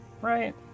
Right